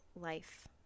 life